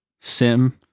sim